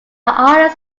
islands